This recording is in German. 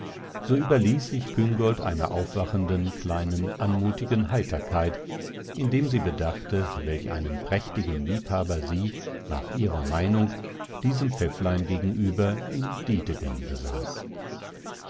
so überließ sich küngolt einer aufwachenden kleinen anmutigen heiterkeit indem sie bedachte welch einen prächtigen liebhaber sie nach ihrer meinung diesem pfäfflein gegenüber in dietegen besaß